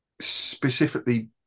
specifically